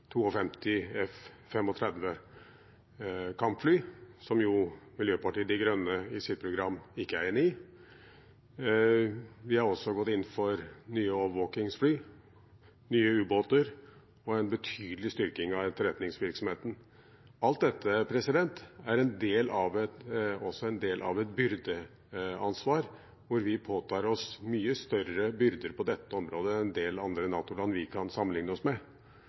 som Miljøpartiet De Grønne i sitt program ikke er enig i. Vi har også gått inn for nye overvåkingsfly, nye ubåter og en betydelig styrking av etterretningsvirksomheten. Alt dette er også en del av et byrdeansvar, hvor vi påtar oss mye større byrder på dette området enn en del andre NATO-land vi kan sammenlikne oss med,